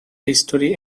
history